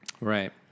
Right